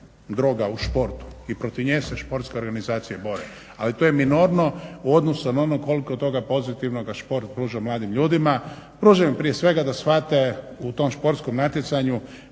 droga u športu i protiv nje se športske organizacije bore. Ali to je minorno u odnosu na ono koliko je toga pozitivnoga šport pruža mladim ljudima. Pruža im prije svega da shvate u tom športskom natjecanju